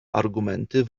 argumenty